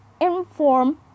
inform